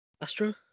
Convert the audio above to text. Astro